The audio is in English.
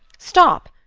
stop!